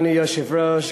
אדוני היושב-ראש,